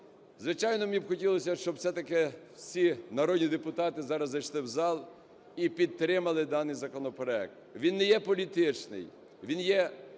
Звичайно, мені б хотілося, щоб все-таки всі народні депутати зараз зайшли в зал і підтримали даний законопроект. Він не є політичний, він є